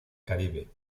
caribe